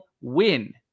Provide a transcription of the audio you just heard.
win